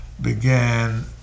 began